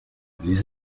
les